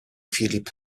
filip